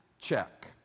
check